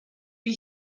wie